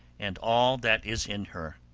and all that is in her.